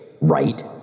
right